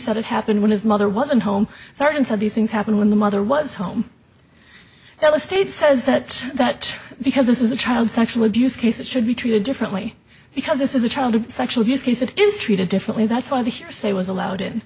said it happened when his mother wasn't home start and said these things happened when the mother was home that the state says that that because this is a child sexual abuse case it should be treated differently because this is a child sexual abuse case that is treated differently that's why the hearsay was allowed in